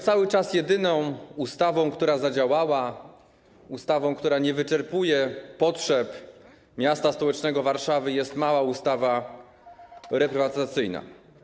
Cały czas jedyną ustawą, która zadziałała, ustawą, która nie wyczerpuje potrzeb miasta stołecznego Warszawy, jest mała ustawa reprywatyzacyjna.